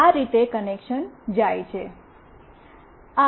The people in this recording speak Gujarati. આ રીતે કનેક્શન જાય છે